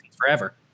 forever